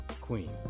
Queen